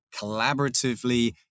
collaboratively